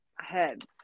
heads